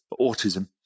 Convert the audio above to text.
autism